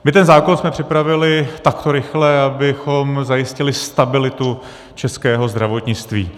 My ten zákon jsme připravili takto rychle, abychom zajistili stabilitu českého zdravotnictví.